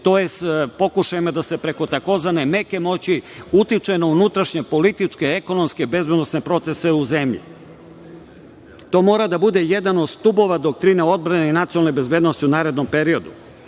tj. pokušajima da se preko tzv. meke moći utiče na unutrašnje političke, ekonomske, bezbednosne procese u zemlji. To mora da bude jedan od stubova doktrine odbrane i nacionalne bezbednosti u narednom periodu. Takođe